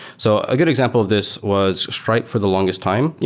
so a good example of this was stripe for the longest time.